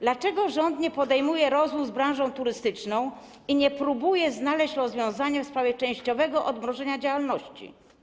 Dlaczego rząd nie podejmuje rozmów z branżą turystyczną i nie próbuje znaleźć rozwiązania w sprawie częściowego odmrożenia działalności?